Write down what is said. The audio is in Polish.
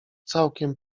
całkiem